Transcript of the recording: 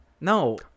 No